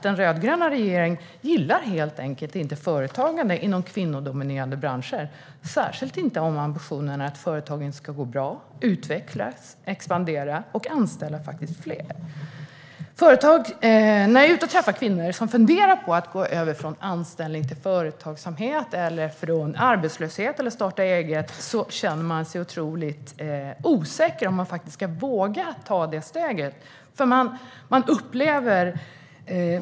Den rödgröna regeringen gillar helt enkelt inte företagande inom kvinnodominerade branscher, särskilt inte om ambitionen är att företagen ska gå bra, utvecklas, expandera och anställa fler. När jag är ute och träffar kvinnor som funderar på att gå över från anställning till företagande eller från arbetslöshet till att starta eget får jag höra att de känner sig otroligt osäkra på om de faktiskt ska våga ta steget.